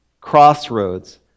crossroads